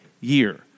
year